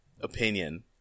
opinion